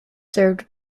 served